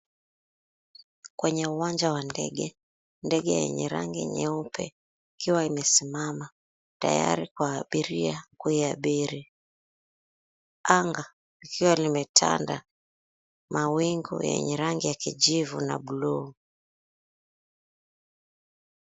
Kwenye uwanja wa ndege, ndege yenye nyeupe ikiwa imesimama tayari kwa abiria kuiabiri. Anga likiwa limetanda mawingu yenye rangi ya kijivu na bluu.